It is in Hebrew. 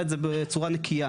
אף אחד לא אמר כלום,